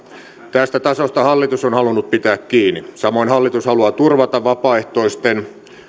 tästä tasosta hallitus on halunnut pitää kiinni samoin hallitus haluaa turvata vapaaehtoisten